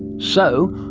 so,